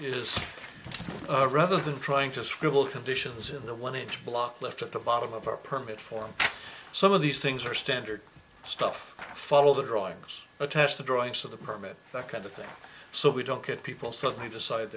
is rather than trying to scribble conditions in the one inch block left at the bottom of our permit form some of these things are standard stuff follow the drawings attached the drawings of the permit that kind of thing so we don't get people suddenly decide